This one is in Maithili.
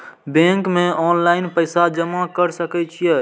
बैंक में ऑनलाईन पैसा जमा कर सके छीये?